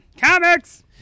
Comics